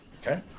Okay